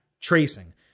tracing